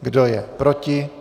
Kdo je proti?